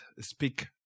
speak